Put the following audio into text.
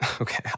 Okay